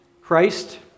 Christ